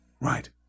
Right